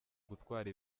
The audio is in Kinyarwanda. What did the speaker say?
gutwara